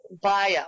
bio